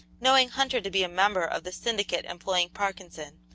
knowing hunter to be a member of the syndicate employing parkinson,